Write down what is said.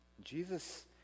Jesus